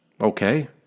Okay